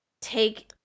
take